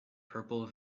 purple